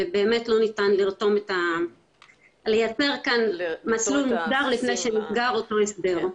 ובאמת לא ניתן לייצר כאן מסלול מוגדר לפני שנסגר אותו הסדר.